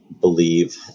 believe